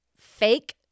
fake